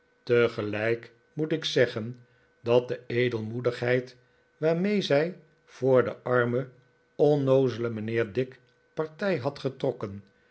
tegelijk moet ik zeggen dat de edelmoedigheid waarmee zij voor den armen onnoozelen mijnheer dick partij had getrokken